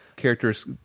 characters